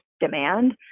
demand